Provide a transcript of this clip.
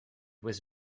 was